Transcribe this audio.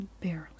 barely